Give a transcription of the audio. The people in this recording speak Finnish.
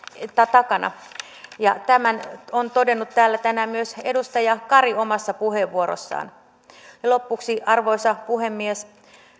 takana tämän on todennut täällä tänään myös edustaja kari omassa puheenvuorossaan lopuksi arvoisa puhemies